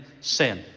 sin